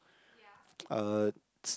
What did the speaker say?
uh